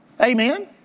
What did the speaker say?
Amen